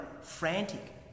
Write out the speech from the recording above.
frantic